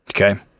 Okay